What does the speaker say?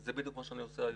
זה בדיוק מה שאני עושה היום.